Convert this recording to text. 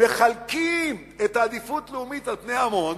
מחלקים את העדיפות הלאומית על פני המון.